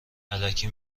الکی